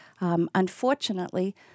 Unfortunately